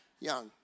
Young